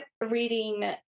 reading